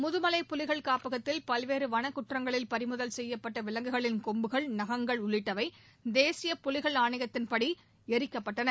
முதுமலை புலிகள் காப்பகத்தில் பல்வேறு வன குற்றங்களில் பறி முதல் செய்யப்பட்ட விலங்குகளின் கொம்புகள் நகங்கள் உள்ளிட்டவை தேசிய புலிகள் ஆணையத்தின்படி எறிக்கப்பட்டன